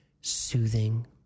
soothing